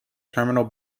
terminal